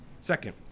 Second